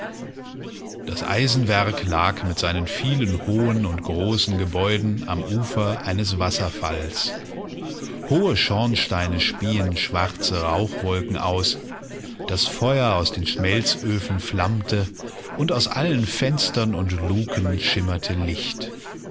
das eisenwerk lag mit seinen vielen hohen und großen gebäuden am ufer eines wasserfalls hohe schornsteine spien schwarze rauchwolken aus das feuer aus den schmelzöfen flammte und aus allen fenstern und luken schimmertelicht